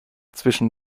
zwischen